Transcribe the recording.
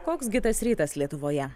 koks gi tas rytas lietuvoje